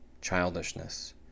childishness